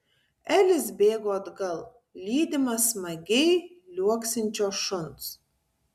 elis bėgo atgal lydimas smagiai liuoksinčio šuns